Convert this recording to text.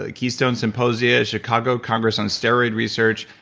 ah keystone symposium, chicago congress on steroid research,